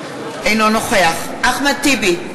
אינו נוכח אחמד טיבי,